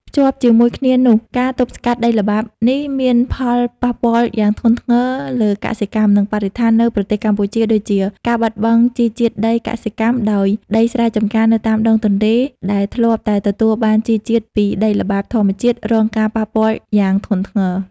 ភ្ជាប់ជាមួយគ្នានោះ ការទប់ស្កាត់ដីល្បាប់នេះមានផលប៉ះពាល់យ៉ាងធ្ងន់ធ្ងរលើកសិកម្ម និងបរិស្ថាននៅប្រទេសកម្ពុជាដូចជា ការបាត់បង់ជីជាតិដីកសិកម្ម ដោយដីស្រែចម្ការនៅតាមដងទន្លេដែលធ្លាប់តែទទួលបានជីជាតិពីដីល្បាប់ធម្មជាតិ រងការប៉ះពាល់យ៉ាងធ្ងន់ធ្ងរ។